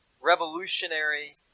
revolutionary